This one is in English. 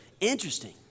interesting